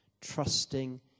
trusting